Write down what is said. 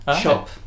shop